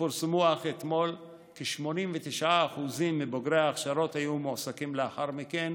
שפורסמו אך אתמול כ-89% מבוגרי ההכשרות היו מועסקים לאחר מכן,